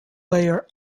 layer